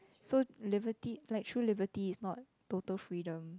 so liberty like true liberty is not total freedom